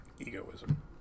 egoism